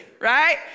right